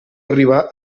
arribà